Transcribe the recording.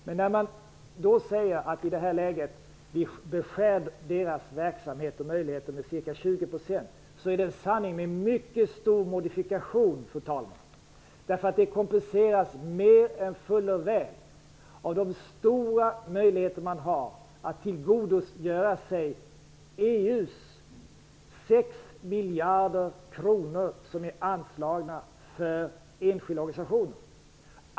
Karl-Göran Biörsmark sade att vi i det här läget beskär de enskilda organisationernas verksamhet och deras möjligheter med 20 %, men det är, fru talman, en sanning med mycket stor modifikation. Den nedskärning som görs kompenseras nämligen mer än fuller väl av de stora möjligheter dessa organisationer har att tillgodogöra sig EU:s 6 miljarder kronor, anslagna för enskilda organisationer.